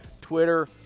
Twitter